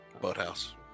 Boathouse